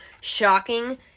shocking